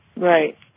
Right